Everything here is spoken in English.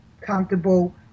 comfortable